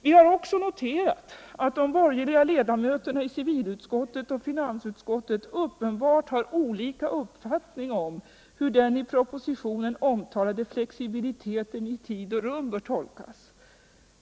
Vi har också noterat att de borgerliga ledamöterna i civilutskottet och finansutskottet uppenbarligen har olika uppfattning om hur den i propositionen omtalade flexibiliteten i tid och rum bör tolkas.